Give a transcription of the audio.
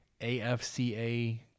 AFCA